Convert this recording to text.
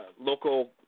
local